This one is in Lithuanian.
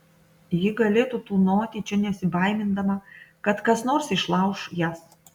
ji galėtų tūnoti čia nesibaimindama kad kas nors išlauš jas